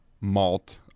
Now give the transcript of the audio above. malt